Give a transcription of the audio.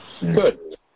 Good